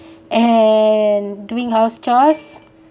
and doing house chores